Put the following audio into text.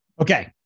Okay